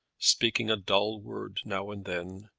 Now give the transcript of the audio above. speaking a dull word now and then,